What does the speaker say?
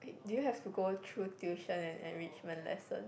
do you have to go through tuition and enrichment lesson